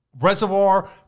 reservoir